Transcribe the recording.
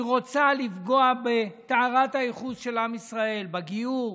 היא רוצה לפגוע בטהרת הייחוס של עם ישראל, בגיור,